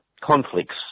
conflicts